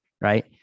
Right